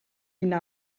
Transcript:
ina